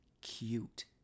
cute